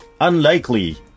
unlikely